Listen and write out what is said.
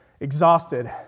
exhausted